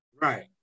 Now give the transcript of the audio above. right